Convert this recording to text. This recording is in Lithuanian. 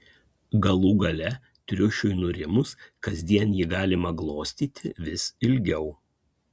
galų gale triušiui nurimus kasdien jį galima glostyti vis ilgiau